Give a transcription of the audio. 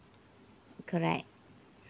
correct